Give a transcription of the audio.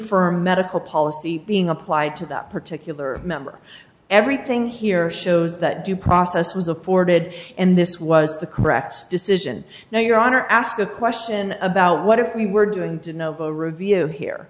infirm medical policy being applied to that particular member everything here shows that due process was afforded and this was the correct decision now your honor ask a question about what we were doing to novo review here